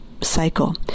cycle